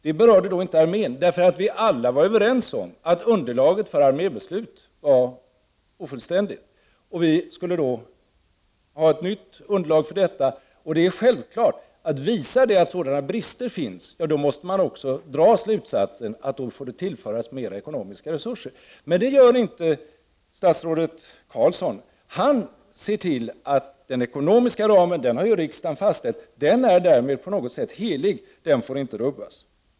Det berörde då inte armén, eftersom vi alla var överens om att underlaget för armébeslut var ofullständigt. Vi skulle då ha ett nytt underlag för detta. Och det är självklart att visar det att brister finns, då måste man också dra slutsatsen att det får tillföras mer ekonomiska resurser. Men det gör inte statsrådet Carlsson. Han säger att den ekonomiska ramen har ju riksdagen fastställt, och den är därmed på något sätt helig, den får inte rubbas.